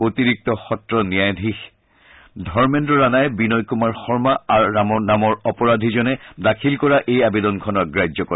অতিৰিক্ত সত্ৰ ন্যায়াধীশ ধৰ্মেদ্ৰ ৰাণাই বিনয় কুমাৰ শৰ্মা নামৰ অপৰাধীজনে দাখিল কৰা এই আৱেদনখন অগ্ৰাহ্য কৰে